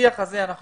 שאנחנו